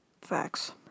Facts